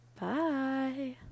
Bye